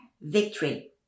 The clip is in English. victory